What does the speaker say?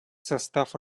состав